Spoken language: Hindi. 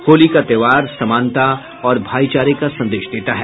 होली का त्योहार समानता और भाई चारे का संदेश देता है